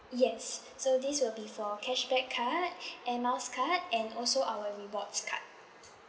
yes so this will be for cashback card air miles card and also our rewards card